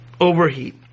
overheat